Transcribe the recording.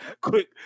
quick